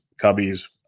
Cubbies